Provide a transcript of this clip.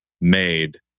made